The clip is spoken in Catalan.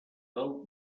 del